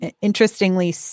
interestingly